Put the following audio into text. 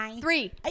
three